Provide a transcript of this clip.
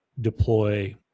deploy